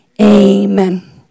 amen